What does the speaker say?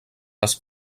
les